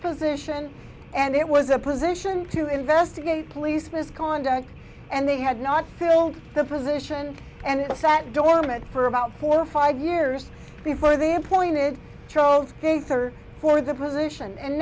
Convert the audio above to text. position and it was a position to investigate police misconduct and they had not filled the position and sat dormant for about four or five years before they appointed troels case or for the position and